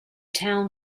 town